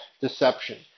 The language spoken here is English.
deception